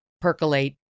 percolate